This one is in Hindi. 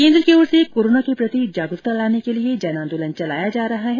केन्द्र सरकार की ओर से कोरोना के प्रति जागरूकता लाने के लिए जन आंदोलन चलाया जा रहा है